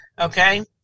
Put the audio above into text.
Okay